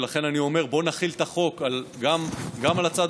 ולכן אני אומר: בואו נחיל את החוק גם על הצד